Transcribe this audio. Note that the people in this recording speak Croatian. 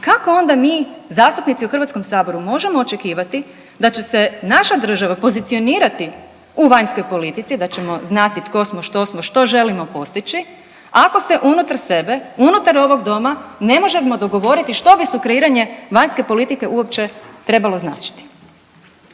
kako onda mi zastupnici u Hrvatskom saboru možemo očekivati da će se naša država pozicionirati u vanjskoj politici, da ćemo znati tko smo, što smo, što želimo postići ako se unutar sebe, unutar ovog doma ne možemo dogovoriti što bi sukreiranje vanjske politike uopće trebalo značiti.